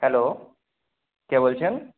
hello কে বলছেন